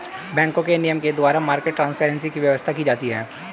बैंकों के नियम के द्वारा मार्केट ट्रांसपेरेंसी की व्यवस्था की जाती है